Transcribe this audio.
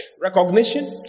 Recognition